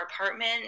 apartment